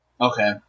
Okay